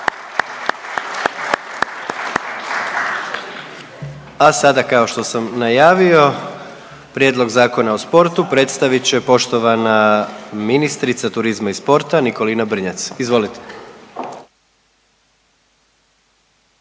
A sada kao što sam najavio Prijedlog Zakona o sportu predstavit će poštovana ministrica turizma i sporta, Nikolina Brnjac. Izvolite.